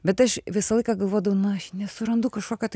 bet aš visą laiką galvodavau na aš nesurandu kažkokio tai